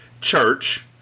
Church